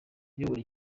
uyobora